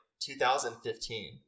2015